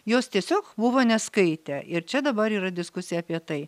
jos tiesiog buvo neskaitę ir čia dabar yra diskusija apie tai